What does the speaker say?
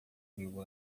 mil